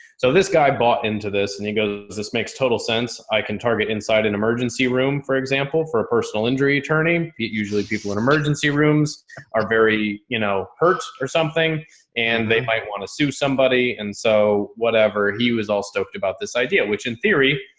so this guy bought into this and he goes, this makes total sense. i can target inside an room, for example, for a personal injury attorney. usually people in emergency rooms are very, you know, hertz or something and they might want to sue somebody. and so whatever he was all stoked about this idea, which in theory,